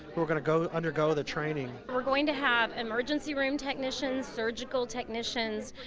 who are going to undergo the training. we're going to have emergency room technicians, surgical technicians,